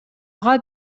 ага